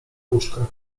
łóżkach